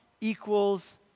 equals